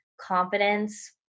confidence